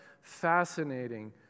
fascinating